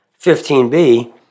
15b